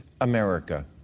America